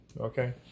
okay